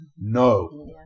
No